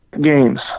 games